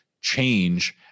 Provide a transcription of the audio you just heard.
change